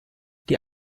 die